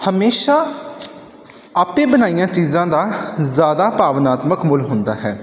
ਹਮੇਸ਼ਾਂ ਆਪੇ ਬਣਾਈਆਂ ਚੀਜ਼ਾਂ ਦਾ ਜ਼ਿਆਦਾ ਭਾਵਨਾਤਮ ਮੁੱਲ ਹੁੰਦਾ ਹੈ